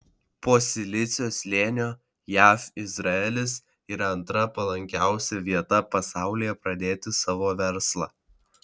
po silicio slėnio jav izraelis yra antra palankiausia vieta pasaulyje pradėti savo verslą